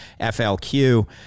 FLQ